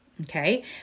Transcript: okay